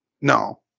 No